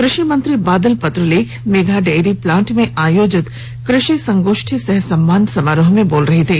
कृषि मंत्री Badal Patralekh Medha dairy plant में आयोजित कृषि संगोष्ठी सह सम्मान समारोह में बोल रहे थे